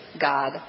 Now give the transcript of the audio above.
God